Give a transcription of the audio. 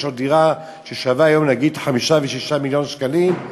שיש לו דירה ששווה נגיד 5 ו-6 מיליון שקלים,